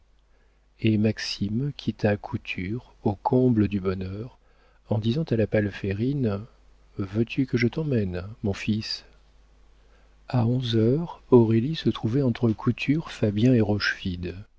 et maxime quitta couture au comble du bonheur en disant à la palférine veux-tu que je t'emmène mon fils a onze heures aurélie se trouvait entre couture fabien et